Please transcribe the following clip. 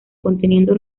conteniendo